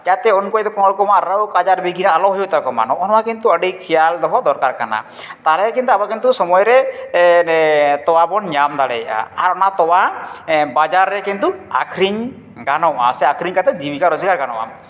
ᱡᱟᱛᱮ ᱩᱱᱠᱩᱣᱟᱜ ᱡᱩᱫᱤ ᱠᱳᱱᱚ ᱨᱚᱠᱚᱢᱟᱜ ᱨᱳᱜᱽ ᱟᱡᱟᱨ ᱵᱤᱜᱷᱤᱱ ᱟᱞᱚ ᱦᱩᱭᱩᱜ ᱛᱟᱠᱚᱢᱟ ᱱᱚᱜᱼᱚ ᱱᱚᱣᱟ ᱠᱤᱱᱛᱩ ᱟᱹᱰᱤ ᱠᱷᱮᱭᱟᱞ ᱫᱚᱦᱚ ᱫᱚᱨᱠᱟᱨ ᱠᱟᱱᱟ ᱛᱟᱦᱚᱞᱮ ᱠᱤᱱᱛᱩ ᱟᱵᱚ ᱠᱤᱱᱛᱩ ᱥᱚᱢᱚᱭᱨᱮ ᱛᱚᱣᱟᱵᱚᱱ ᱧᱟᱢ ᱫᱟᱲᱮᱭᱟᱜᱼᱟ ᱟᱨ ᱚᱱᱟ ᱛᱚᱣᱟ ᱵᱟᱡᱟᱨ ᱨᱮ ᱠᱤᱱᱛᱩ ᱟᱠᱷᱨᱤᱧ ᱜᱟᱱᱚᱜᱼᱟ ᱥᱮ ᱟᱠᱷᱨᱤᱧ ᱠᱟᱛᱮᱫ ᱡᱤᱵᱤᱠᱟ ᱨᱳᱡᱽᱜᱟᱨ ᱜᱟᱱᱚᱜᱼᱟ